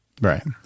Right